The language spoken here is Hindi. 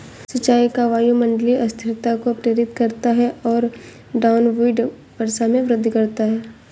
सिंचाई का वायुमंडलीय अस्थिरता को प्रेरित करता है और डाउनविंड वर्षा में वृद्धि करता है